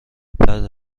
بعد